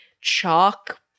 chalk